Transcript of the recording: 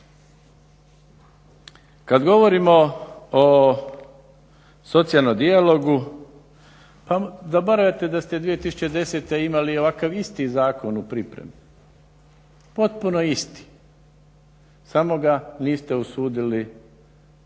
Kad govorimo o socijalnom dijalogu, zaboravljate da ste 2010. imali ovakav isti zakon u pripremi, potpuno isti, samo ga se niste usudili